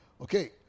Okay